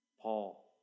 Paul